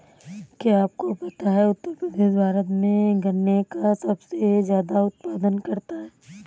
क्या आपको पता है उत्तर प्रदेश भारत में गन्ने का सबसे ज़्यादा उत्पादन करता है?